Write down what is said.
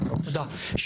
שלום לכולם,